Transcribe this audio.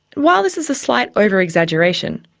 while this is a slight over-exaggeration,